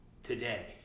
Today